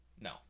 No